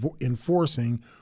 enforcing